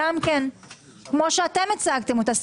כמו שאתם הצגתם אותה.